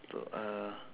so err